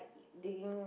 digging